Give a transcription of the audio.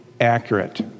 accurate